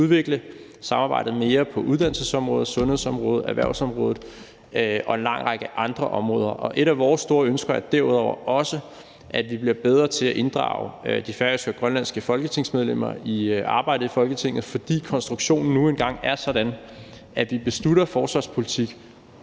udvikle samarbejdet mere på uddannelsesområdet, sundhedsområdet, erhvervsområdet og en lang række andre områder. Et af vores store ønsker er derudover også, at vi bliver bedre til at inddrage de færøske og grønlandske folketingsmedlemmer i arbejdet i Folketinget, fordi konstruktionen nu engang er sådan, at vi beslutter forsvarspolitik